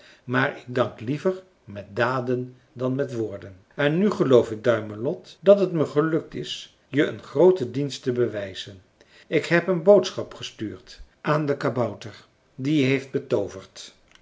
maar ik dank liever met daden dan met woorden en nu geloof ik duimelot dat het me gelukt is je een grooten dienst te bewijzen ik heb een boodschap gestuurd aan den kabouter die je heeft betooverd